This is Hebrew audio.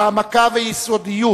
העמקה ויסודיות